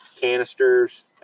canisters